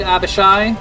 Abishai